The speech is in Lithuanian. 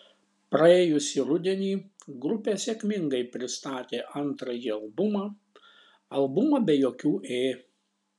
praėjusį rudenį grupė sėkmingai pristatė antrąjį albumą albumą be jokių ė